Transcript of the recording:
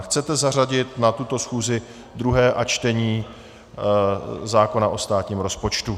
Chcete zařadit na tuto schůzi druhé a třetí čtení zákona o státním rozpočtu.